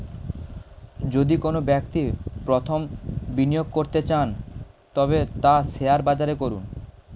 যদি কোনো ব্যক্তি প্রথম বিনিয়োগ করতে চান তবে তা শেয়ার বাজারে করুন